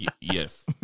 Yes